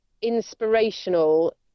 Inspirational